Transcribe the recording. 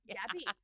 Gabby